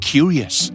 Curious